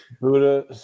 Buddha